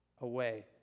away